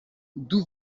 d’où